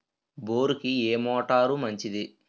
బోరుకి ఏ మోటారు మంచిది?